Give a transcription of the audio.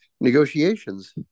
negotiations